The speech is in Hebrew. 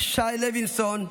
שי לוינסון,